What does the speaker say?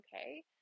okay